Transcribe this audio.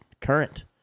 current